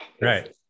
Right